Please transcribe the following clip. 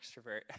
extrovert